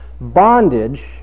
bondage